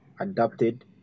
adapted